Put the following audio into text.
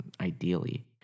ideally